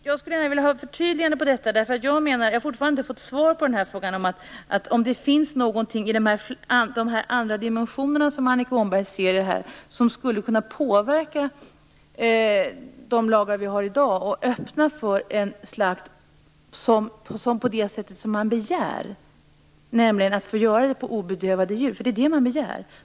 Jag skulle gärna vilja ha ett förtydligande om detta, för jag menar att jag fortfarande inte har fått svar på frågan om det finns något i de andra dimensioner som Annika Åhnberg ser i detta som skulle kunna påverka de lagar vi har i dag och öppna för en slakt som går till på det sätt som man begär, nämligen på obedövade djur. Det är ju det man begär.